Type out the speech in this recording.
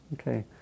Okay